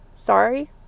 Sorry